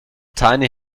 tiny